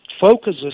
focuses